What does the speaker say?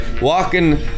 walking